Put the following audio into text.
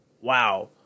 wow